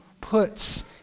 puts